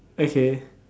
okay